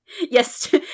Yes